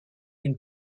une